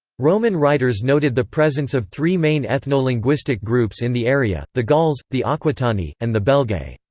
roman writers noted the presence of three main ethno-linguistic groups in the area the gauls, the aquitani, and the belgae.